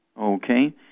Okay